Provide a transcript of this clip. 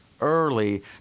early